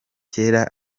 kera